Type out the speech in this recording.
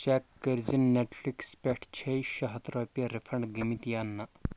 check کَرۍزِ Netflix پٮ۪ٹھٕ چھےٚ شےٚ ہَتھ رۄپیہِ رِفنٛڈ گٲمٕتۍ یا نہَ